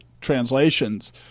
translations